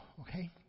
okay